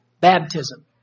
Baptism